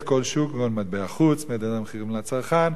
התשע"ב